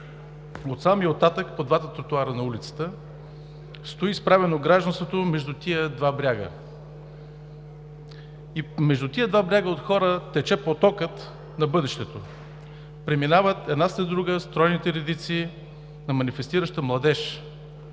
Отсам и оттатък, по двата тротоара на улицата, стои изправено гражданството между тия два бряга. И между тия два бряга от хора тече потокът на бъдещето, преминават една след друга стройните редици на манифестираща младеж